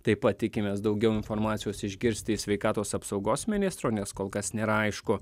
taip pat tikimės daugiau informacijos išgirsti iš sveikatos apsaugos ministro nes kol kas nėra aišku